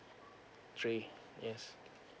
three yes